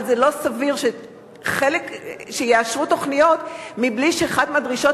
אבל זה לא סביר שיאשרו תוכניות בלי שאחת הדרישות